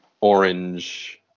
orange